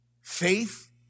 faith